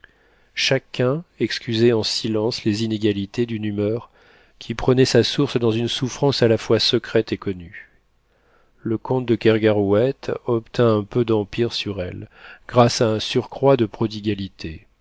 chacun excusait en silence les inégalités d'une humeur qui prenait sa source dans une souffrance à la fois secrète et connue le comte de kergarouët obtint un peu d'empire sur elle grâce à un surcroît de